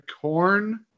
corn